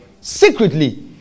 secretly